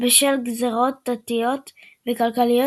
בשל גזרות דתיות וכלכליות,